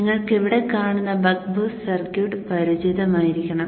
നിങ്ങൾക്ക് ഇവിടെ കാണുന്ന ബക്ക് ബൂസ്റ്റ് സർക്യൂട്ട് പരിചിതമായിരിക്കണം